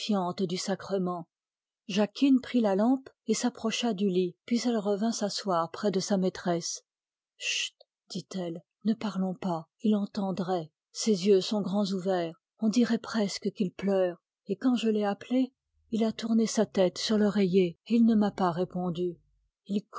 du sacrement jacquine prit la lampe et s'approcha du lit puis elle revint s'asseoir près de sa maîtresse chut dit elle ne parlons pas il entendait ses yeux sont grands ouverts on dirait presque qu'il pleure et quand je l'ai appelé il a tourné sa tête sur l'oreiller et il n'a pas répondu il